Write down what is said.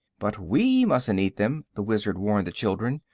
but we mus'n't eat them, the wizard warned the children,